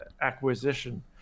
acquisition